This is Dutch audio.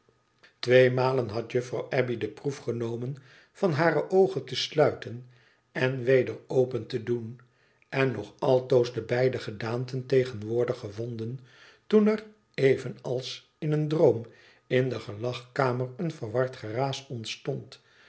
tweemalen had juffrouw abbey de proef genomen van hare oogen te sluiten en weder open te doen en nog altoos de beide gedaanten tegenwoordig gevonden toen er evenals in een droom in de gelagkamer een verward geraas ontstond